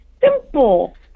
simple